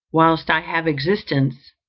whilst i have existence,